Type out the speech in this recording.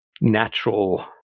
natural